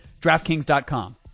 DraftKings.com